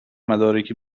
مدارک